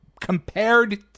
compared